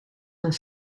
men